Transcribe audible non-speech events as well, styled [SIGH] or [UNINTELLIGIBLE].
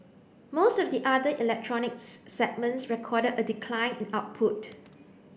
most of the other electronics [UNINTELLIGIBLE] segments recorded a decline in output